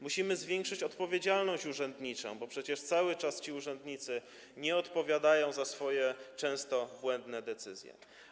Musimy zwiększyć odpowiedzialność urzędniczą, bo przecież cały czas urzędnicy nie odpowiadają za swoje często błędne decyzje.